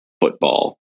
football